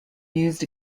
used